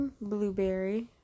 blueberry